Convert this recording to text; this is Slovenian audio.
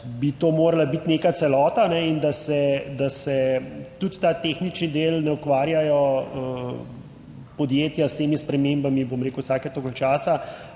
bi to morala biti neka celota in da se, da se tudi ta tehnični del ne ukvarjajo podjetja s temi spremembami, bom rekel, vsake toliko časa,